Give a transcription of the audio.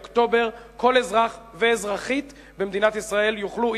באוקטובר כל אזרח ואזרחית במדינת ישראל יוכלו,